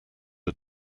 are